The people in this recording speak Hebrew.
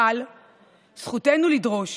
אבל זכותנו לדרוש